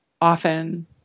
often